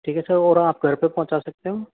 ठीक है सर और हाँ आप घर पे पहुँचा सकते हो